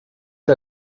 der